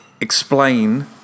explain